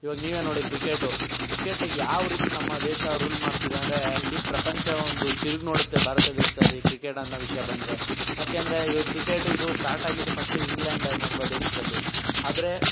ಇವಾಗ ನೀವೇ ನೋಡಿ ಕ್ರಿಕೆಟು ಕ್ರಿಕೆಟ್ ಯಾವ ರೀತಿ ನಮ್ಮ ದೇಶ ರೂಲ್ ಮಾಡ್ತಿದೆ ಅಂದರೆ ಇಡೀ ಪ್ರಪಂಚ ಒಂದು ತಿರುಗಿ ನೋಡುತ್ತೆ ಭಾರತ ದೇಶದಲ್ಲಿ ಕ್ರಿಕೆಟ್ ಅನ್ನೋ ವಿಷಯ ಬಂದರೆ ಯಾಕೆಂದರೆ ಇವಾಗ ಕ್ರಿಕೆಟು ಇದು ಸ್ಟಾರ್ಟ್ ಆಗಿದ್ದು ಫಸ್ಟು ಇಂಗ್ಲೆಂಡ್ ಅನ್ನೋ ಬ ದೇಶದಲ್ಲಿ ಆದರೆ